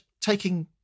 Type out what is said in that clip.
taking